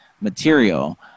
material